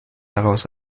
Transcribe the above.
daraus